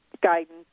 guidance